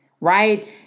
right